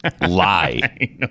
lie